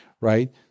right